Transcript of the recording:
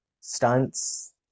stunts